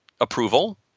approval